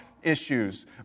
Issues